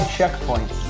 Checkpoint